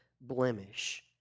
blemish